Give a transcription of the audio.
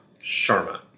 Sharma